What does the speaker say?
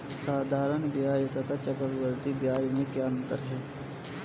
साधारण ब्याज तथा चक्रवर्धी ब्याज में क्या अंतर है?